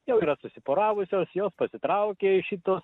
jau yra susiporavusios jo pasitraukia iš šitos